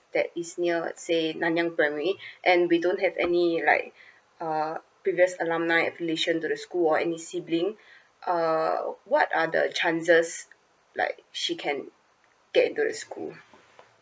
that is near say nanyang primary and we don't have any like uh previous alumni relation to the school or any siblings uh what are the chances like she can get into the school